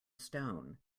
stone